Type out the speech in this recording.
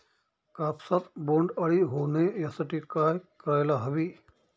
कापसात बोंडअळी होऊ नये यासाठी काय करायला हवे?